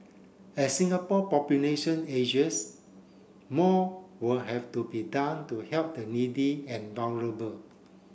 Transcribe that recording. as Singapore population ages more will have to be done to help the needy and vulnerable